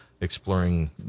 exploring